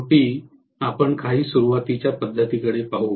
शेवटी आपण काही सुरुवातीच्या पद्धतींकडे पाहू